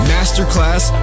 Masterclass